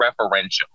referential